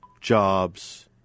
jobs